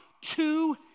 two